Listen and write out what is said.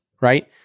right